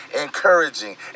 encouraging